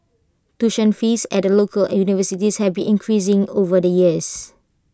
tuition fees at local universities have been increasing over the years